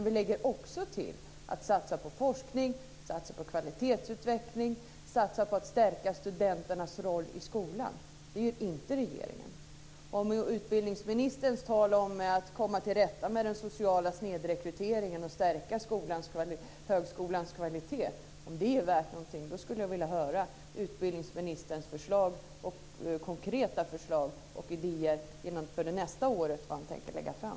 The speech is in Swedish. Vi lägger också till satsningar på forskning, på kvalitetsutveckling och på att stärka studenternas roll i skolan. Det gör alltså inte regeringen. Om nu utbildningsministerns tal om att komma till rätta med den sociala snedrekryteringen och stärka högskolans kvalitet är värt något skulle jag vilja höra vilka konkreta förslag och idéer för nästa år som han tänker lägga fram.